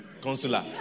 Consular